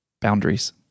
boundaries